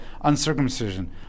uncircumcision